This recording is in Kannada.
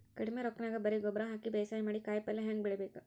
ಕಡಿಮಿ ರೊಕ್ಕನ್ಯಾಗ ಬರೇ ಗೊಬ್ಬರ ಹಾಕಿ ಬೇಸಾಯ ಮಾಡಿ, ಕಾಯಿಪಲ್ಯ ಹ್ಯಾಂಗ್ ಬೆಳಿಬೇಕ್?